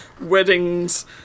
weddings